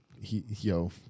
Yo